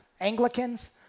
Anglicans